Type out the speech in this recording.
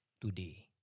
today